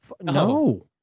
no